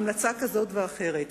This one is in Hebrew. בהמלצה כזאת ואחרת.